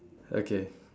okay